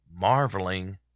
marveling